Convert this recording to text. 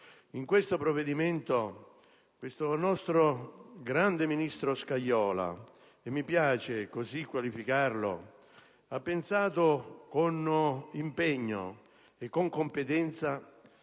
In questo provvedimento, il nostro grande ministro Scajola (e mi piace così qualificarlo) ha pensato, con impegno e competenza,